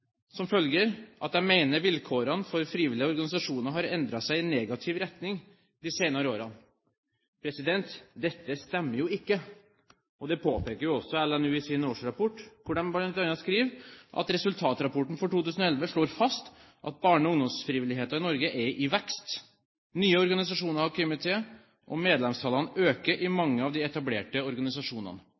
mener vilkårene for frivillige organisasjoner har endret seg i negativ retning de senere årene. Dette stemmer jo ikke. Det påpeker også LNU i sin årsrapport, hvor de bl.a. skriver: «Resultatrapporten for 2011 slår fast at barne- og ungdomsfrivilligheita i Noreg er i vekst. Nye organisasjonar har kome til, og medlemstala aukar i mange av dei etablerte